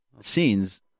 scenes